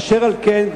אשר על כן,